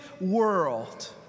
world